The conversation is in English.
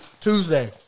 Tuesday